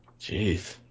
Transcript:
Jeez